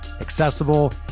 accessible